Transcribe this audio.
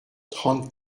trente